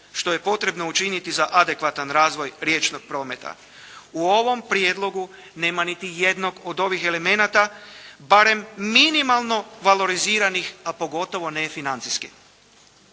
što je potrebno učiniti za adekvatan razvoj riječnog prometa. U ovom prijedlogu nema niti jednog od ovih elemenata barem minimalno valoriziranih, a pogotovo ne financijski.